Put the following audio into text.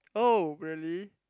oh really